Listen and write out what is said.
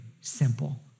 simple